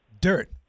dirt